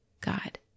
God